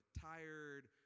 tired